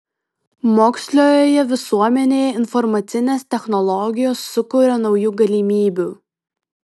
moksliojoje visuomenėje informacinės technologijos sukuria naujų galimybių